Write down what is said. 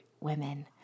women